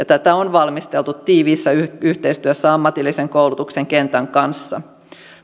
tätä on valmisteltu tiiviissä yhteistyössä ammatillisen koulutuksen kentän kanssa